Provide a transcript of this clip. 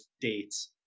dates